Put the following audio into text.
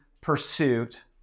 pursuit